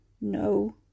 No